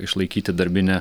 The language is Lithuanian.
išlaikyti darbinę